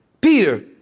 Peter